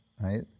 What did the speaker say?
right